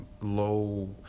low